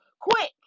quick